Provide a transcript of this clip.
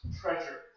treasure